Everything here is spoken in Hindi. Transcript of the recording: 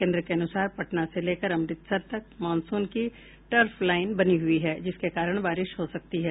केन्द्र के अनुसार पटना से लेकर अमृतसर तक मॉनसून की टर्फ लाईन बनी हुई है जिसके कारण बारिश हो रही है